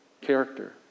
character